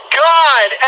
god